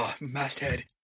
masthead